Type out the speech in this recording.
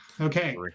Okay